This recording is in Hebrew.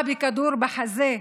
בהפחדות,